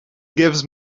gives